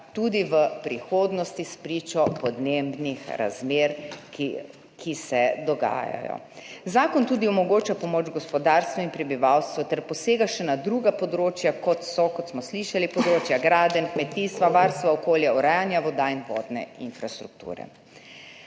tudi v prihodnosti spričo podnebnih razmer, ki se dogajajo. Zakon tudi omogoča pomoč gospodarstvu in prebivalstvu ter posega še na druga področja, kot so, kot smo slišali, področja gradenj, kmetijstva, varstva okolja, urejanja voda in vodne infrastrukture.